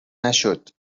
نشد